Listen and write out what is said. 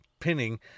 pinning